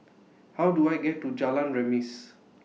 How Do I get to Jalan Remis